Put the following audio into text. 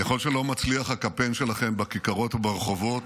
ככל שלא מצליח הקמפיין שלכם בכיכרות וברחובות,